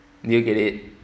do you get it